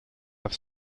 have